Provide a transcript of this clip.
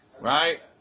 Right